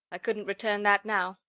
couldn't return that now.